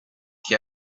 che